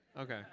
Okay